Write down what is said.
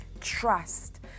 Trust